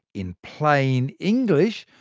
in plain english,